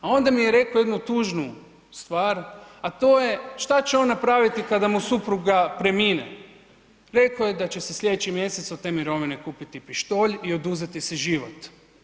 A onda mi je rekao jednu tužnu stvar, a to je šta će on napraviti kada mu supruga premine, rekao je da će si sljedeći mjesec od te mirovine kupiti pištolj i oduzeti si život.